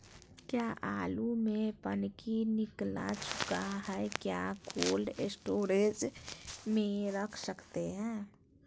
क्या आलु में पनकी निकला चुका हा क्या कोल्ड स्टोरेज में रख सकते हैं?